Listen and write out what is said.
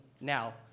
now